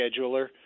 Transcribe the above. scheduler